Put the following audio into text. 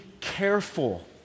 careful